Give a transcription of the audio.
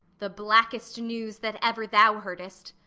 the black'st news that ever thou heard'st.